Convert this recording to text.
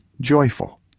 joyful